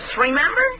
remember